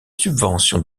subventions